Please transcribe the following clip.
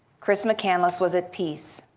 chris mccandless was at peace,